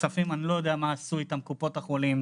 הכספים אני לא יודע מה עשו איתם קופות החולים,